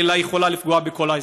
אלא היא יכולה לפגוע בכל האזרחים.